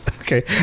Okay